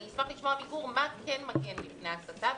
אני אשמח לשמוע מגור מה כן מגן מפני הסתה.